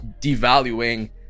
devaluing